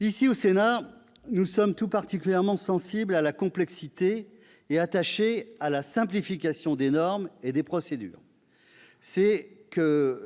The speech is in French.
Ici, au Sénat, nous sommes tout particulièrement sensibles à la complexité et attachés à la simplification des normes et des procédures. En effet,